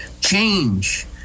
change